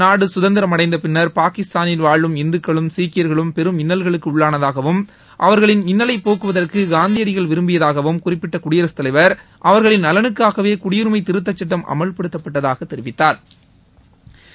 நாடு சுதந்திரம் அடைந்த பின்னா் பாகிஸ்தானில் வாழும் இந்துக்களும் சீக்கியா்களும் பெரும் இன்னல்களுக்கு உள்ளானதாகவும் அவர்களின் இன்னலை போக்குவதற்கு காந்தியடிகள் விரும்பியதாகவும் குறிப்பிட்ட குடியரசுத் தலைவா் அவா்களின் நலனுக்காகவே குடியுரிமை திருத்தச் சுட்டம் அமல்படுத்தப்பட்டதாகத் தெரிவித்தாா்